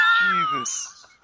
Jesus